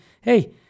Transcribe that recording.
hey